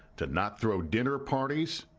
to not throw dinner parties,